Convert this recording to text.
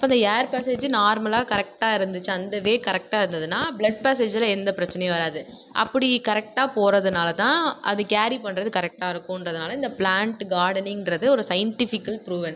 அப்போ இந்த air passage நார்மலாக கரெக்டாக இருந்துச்சு அந்த வே கரெக்டாக இருந்ததுன்னா ப்ளட் பேஸேஜில் எந்த பிரச்சனையும் வராது அப்படி கரெக்டாக போகிறதுனால தான் அது கேரி பண்ணுறது கரெக்டாக இருக்கும்ன்றதுனால இந்த ப்ளாண்ட்டு கார்டனிங்குன்றது ஒரு சயின்டிஃபிக்கல் ப்ரூவன்